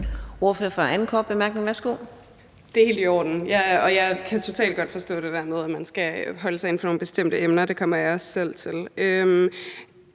Det er helt i orden, og jeg kan totalt godt forstå det der med, at man skal holde sig inden for nogle bestemte emner. Det kommer jeg også selv til.